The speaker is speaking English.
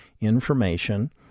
information